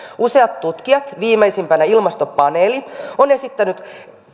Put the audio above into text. useat tutkijat viimeisimpänä ilmastopaneeli ovat esittäneet